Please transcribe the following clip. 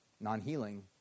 non-healing